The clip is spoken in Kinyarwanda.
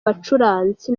bacuranzi